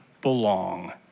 belong